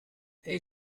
hey